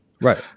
right